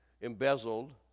embezzled